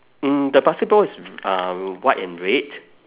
mm the basketball is uh white and red